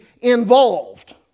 involved